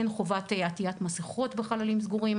אין חובת עטיית מסיכות בחללים סגורים